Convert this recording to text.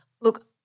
Look